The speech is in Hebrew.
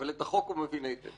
אבל את החוק הוא מבין היטב.